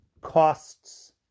costs